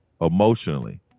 emotionally